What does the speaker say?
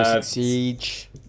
Siege